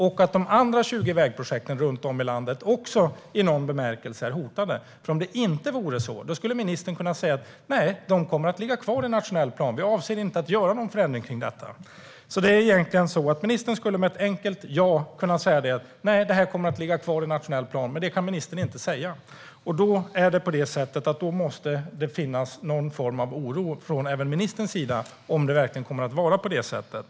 Och de andra 20 vägprojekten runt om i landet är också i någon bemärkelse hotade. Om det inte vore så skulle ministern kunna säga att de kommer att ligga kvar i nationell plan och att de inte avser att göra någon förändring kring detta. Ministern skulle alltså med ett enkelt ja kunna säga att det här kommer att ligga kvar i nationell plan. Men det kan ministern inte säga, och då måste det finnas någon form av oro även från ministerns sida ifall det verkligen kommer att vara på det sättet.